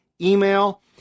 email